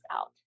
out